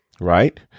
right